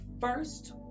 first